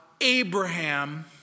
Abraham